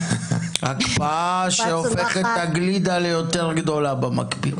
הקפאה שהופכת את הגלידה ליותר גדולה במקפיא.